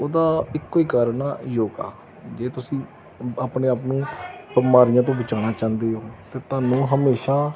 ਉਹਦਾ ਇੱਕੋ ਹੀ ਕਾਰਨ ਆ ਯੋਗਾ ਜੇ ਤੁਸੀਂ ਆਪਣੇ ਆਪ ਨੂੰ ਬਿਮਾਰੀਆਂ ਤੋਂ ਬਚਾਉਣਾ ਚਾਹੁੰਦੇ ਹੋ ਤਾਂ ਤੁਹਾਨੂੰ ਹਮੇਸ਼ਾ